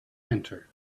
enter